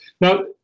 Now